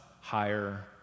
higher